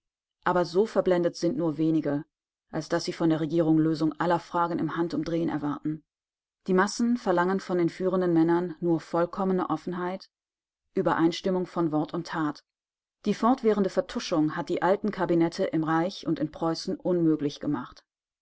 aber so verblendet sind nur wenige als daß sie von der regierung lösung aller fragen im handumdrehen erwarten die massen verlangen von den führenden männern nur vollkommene offenheit übereinstimmung von wort und tat die fortwährende vertuschung hat die alten kabinette im reich und in preußen unmöglich gemacht